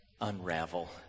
unravel